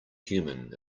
human